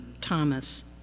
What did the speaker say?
Thomas